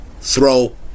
throw